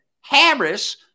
Harris